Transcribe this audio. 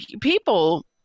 People